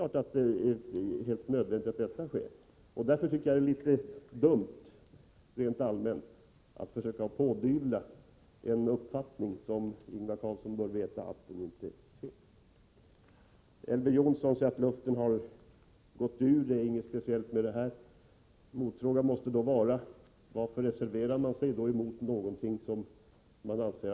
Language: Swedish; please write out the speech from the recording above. Rent allmänt är det litet dumt att pådyvla oss en uppfattning, som Ingvar Karlsson bör veta att vi inte har. Elver Jonsson säger att luften har gått ur ballongen och att det inte är något speciellt med detta förslag. Min fråga är då: Varför reserverar ni er?